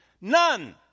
None